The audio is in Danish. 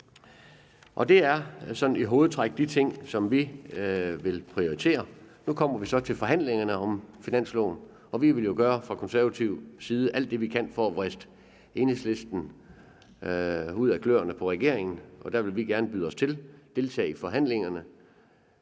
Det er sådan i hovedtræk de ting, som vi vil prioritere. Nu kommer vi så til forhandlingerne om finansloven, og vi vil jo fra konservativ side gøre alt det, vi kan, for at vriste Enhedslisten ud af kløerne på regeringen, og der vil vi gerne byde os til og deltage i forhandlingerne.